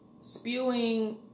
spewing